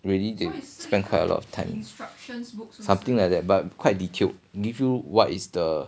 really need to spend quite a lot of time something like that but quite detailed they give you what is the